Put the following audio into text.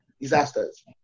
disasters